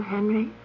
Henry